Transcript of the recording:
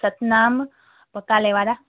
सतनाम पकाले वारा